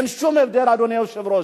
אין שום הבדל, אדוני היושב-ראש.